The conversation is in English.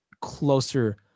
closer